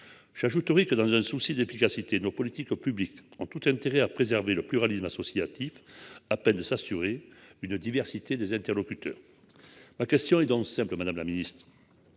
J'ajouterai que dans un souci d'efficacité de nos politiques publiques en tout intérêt à préserver le pluralisme associatif à peine de s'assurer une diversité des interlocuteurs. Ma question est dans le simple Madame la Ministre.